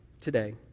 today